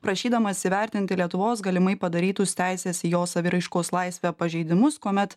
prašydamas įvertinti lietuvos galimai padarytus teisės į jo saviraiškos laisvę pažeidimus kuomet